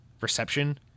reception